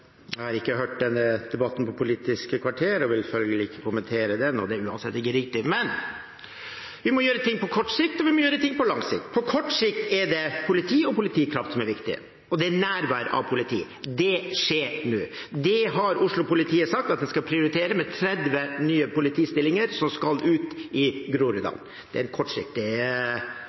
Jeg har ikke hørt den debatten på Politisk kvarter og vil følgelig ikke kommentere den, og det er uansett ikke riktig. Vi må gjøre ting på kort sikt, og vi må gjøre ting på lang sikt. På kort sikt er det politi og politikraft som er viktig, og det er nærvær av politi. Det skjer nå. Det har Oslo-politiet sagt at en skal prioritere, med 30 nye politistillinger som skal ut i Groruddalen. Det er den kortsiktige